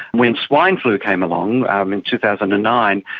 when swine flu came along um in two thousand and nine,